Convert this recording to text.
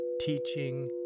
teaching